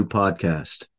podcast